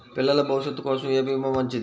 పిల్లల భవిష్యత్ కోసం ఏ భీమా మంచిది?